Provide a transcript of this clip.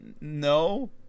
No